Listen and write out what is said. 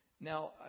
Now